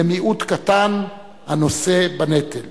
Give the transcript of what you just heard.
למיעוט קטן הנושא בנטל.